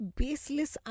baseless